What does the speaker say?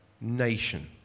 nation